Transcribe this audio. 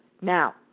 Now